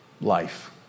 life